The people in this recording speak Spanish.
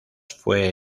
fue